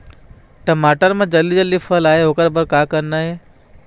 टमाटर म जल्दी फल आय ओकर बर का करना ये?